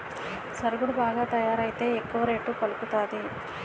సరుగుడు బాగా తయారైతే ఎక్కువ రేటు పలుకుతాది